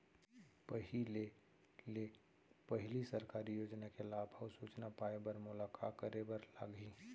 पहिले ले पहिली सरकारी योजना के लाभ अऊ सूचना पाए बर मोला का करे बर लागही?